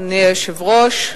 אדוני היושב-ראש,